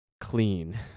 clean